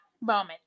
moment